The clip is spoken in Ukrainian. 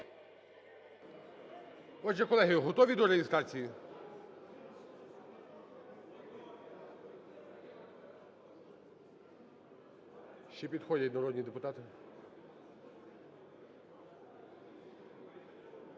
Отже, колеги, готові до реєстрації? Ще підходять народні депутати.